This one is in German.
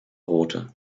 rothe